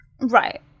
Right